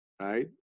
right